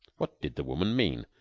what did the woman mean?